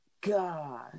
God